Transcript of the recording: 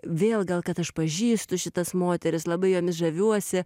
vėl gal kad aš pažįstu šitas moteris labai jomis žaviuosi